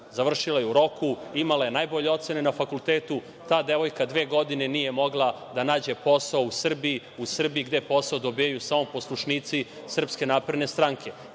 završila je u roku, imala je najbolje ocene na fakultetu. Ta devojka dve godine nije mogla da nađe posao u Srbiji, u Srbiji gde posao dobijaju samo poslušnici SNS. Ta devojka je,